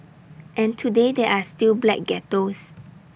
and today there are still black ghettos